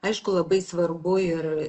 aišku labai svarbu ir